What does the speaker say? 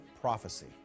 prophecy